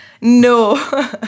No